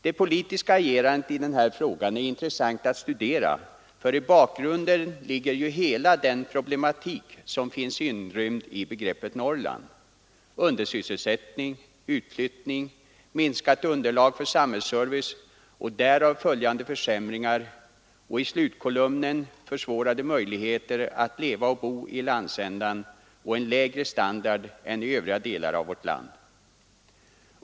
Det politiska agerandet i denna fråga är intressant att studera, för i bakgrunden ligger ju hela den problematik som finns inrymd i begreppet Norrland: undersysselsättning, utflyttning, minskat underlag för samhällsservice och därav följande försämringar och i slutkolumnen minskade möjligheter att leva och bo i landsändan och en lägre standard än i övriga delar av vårt land.